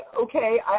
okay